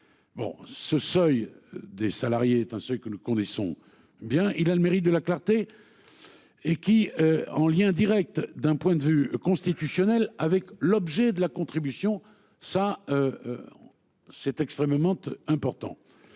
Bon ce seuil des salariés un ce que nous connaissons bien, il a le mérite de la clarté. Et qui en lien Direct d'un point de vue constitutionnel avec l'objet de la contribution ça. C'est extrêmement important.